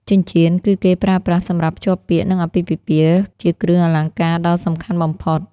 ចិញ្ជៀន គឺគេប្រើប្រាស់សម្រាប់ភ្ជាប់ពាក្យ និងអាពាហ៍ពិពាហ៍ ជាគ្រឿងអលង្ការដ៏សំខាន់បំផុត។